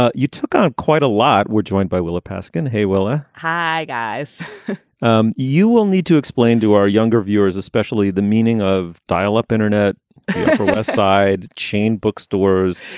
ah you took um quite a lot. we're joined by willa paskin. hey, willa hi, guys um you will need to explain to our younger viewers, especially the meaning of dial up internet side chain bookstores,